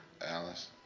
Alice